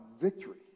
victory